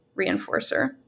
reinforcer